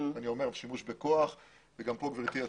אני אומר שימוש בכוח וגם כאן גברתי את